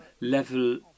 level